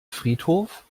friedhof